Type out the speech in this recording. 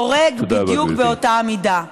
הורג בדיוק באותה המידה.